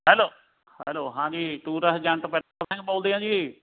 hello hello ਹਾਂਜੀ tourist agent Singh ਬੋਲਦੇ ਆ ਜੀ